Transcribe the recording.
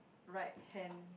right hand